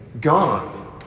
gone